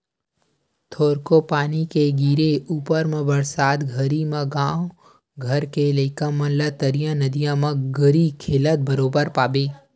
थोरको पानी के गिरे ऊपर म बरसात घरी म गाँव घर के लइका मन ला तरिया नदिया म गरी खेलत बरोबर पाबे